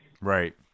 right